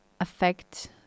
affect